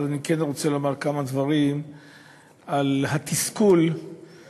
אבל אני כן רוצה לומר כמה דברים על התסכול שאני,